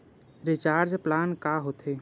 Recharge plan का होथे?